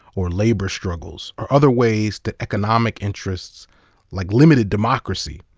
or labor struggles, or other ways that economic interests like limited democracy,